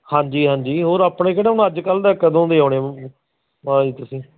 ਹਾਂਜੀ ਹਾਂਜੀ ਹੋਰ ਆਪਣੇ ਕਿਹੜਾ ਹੁਣ ਅੱਜ ਕੱਲ੍ਹ ਦਾ ਕਦੋਂ ਦੇ ਆਉਂਦੇ ਹੋ ਹਾਂ ਜੀ ਤੁਸੀਂ